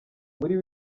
muri